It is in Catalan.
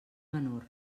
menor